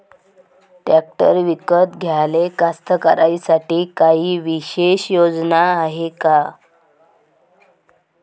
Tractor विकत घ्याले कास्तकाराइसाठी कायी विशेष योजना हाय का?